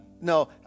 No